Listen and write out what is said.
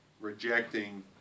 rejecting